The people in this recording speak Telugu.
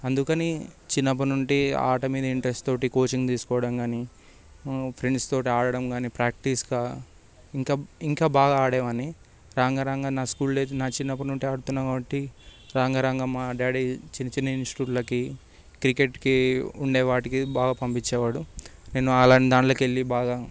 అందుకని చిన్నప్పటి నుండి ఆట మీద ఇంటరెస్ట్తో కోచింగ్ తీసుకోవడం కానీ ఫ్రెండ్స్తో ఆడటం కానీ ప్రాక్టీస్గా ఇంకా బాగా ఆడేవాడిని రాంగ రాంగ నా స్కూల్ డేస్ నా చిన్నప్పటి ఆడుతున్న కాబట్టి రాంగ రాంగ మా డాడీ చిన్న చిన్న ఇన్స్టిట్యూట్లకి క్రికెట్కి ఉండే వాటికి బాగా పంపించేవాడు నేను అలాంటి దాంట్లోకి వెళ్ళి బాగా